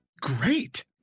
great